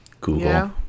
Google